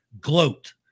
Gloat